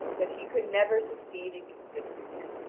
that he could never succeed in convincing him.